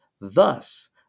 thus